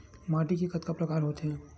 माटी के कतका प्रकार होथे?